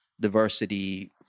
diversity